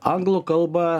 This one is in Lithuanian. anglų kalba